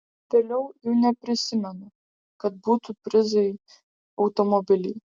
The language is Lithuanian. vėliau jau neprisimenu kad būtų prizai automobiliai